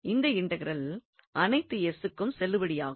இந்த இன்டெக்ரல் அனைத்து க்கும் செல்லுபடியாகும்